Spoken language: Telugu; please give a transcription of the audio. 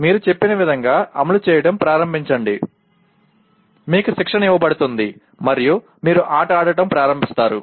మీరు చెప్పిన విధంగా అమలు చేయడం ప్రారంభించండి మీకు శిక్షణ ఇవ్వబడుతుంది మరియు మీరు ఆట ఆడటం ప్రారంభిస్తారు